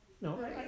No